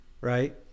right